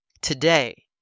Today